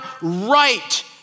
right